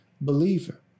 believer